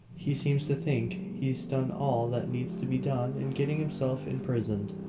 he seems to think he's done all that needs to be done in getting himself imprisoned.